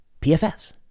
PFS